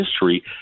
history